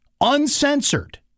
uncensored